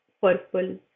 purple